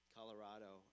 Colorado